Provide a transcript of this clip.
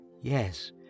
Yes